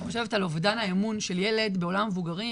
אני חושבת על אובדן האמון של ילד בעולם המבוגרים,